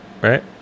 right